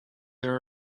there